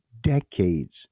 decades